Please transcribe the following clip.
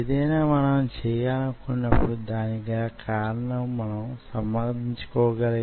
అది వొక నిష్పత్తి కి లోబడి వూగిస లాడుతూ వుంటుంది